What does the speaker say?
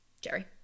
Jerry